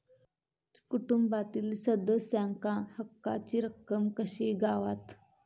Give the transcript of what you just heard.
कुटुंबातील सदस्यांका हक्काची रक्कम कशी गावात?